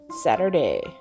saturday